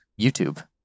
YouTube